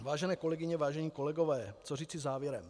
Vážené kolegyně, vážení kolegové, co říci závěrem?